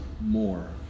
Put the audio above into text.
more